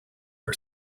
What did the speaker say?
our